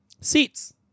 Seats